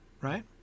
right